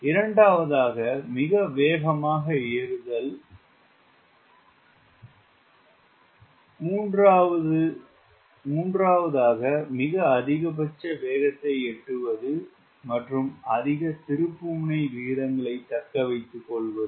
இரண்டாவதாக மிக வேகமாக ஏறுதல் எண் 3 மிக அதிகபட்ச வேகத்தை எட்டுவது மற்றும் அதிக திருப்புமுனை விகிதங்களைத் தக்க வைத்துக் கொள்வது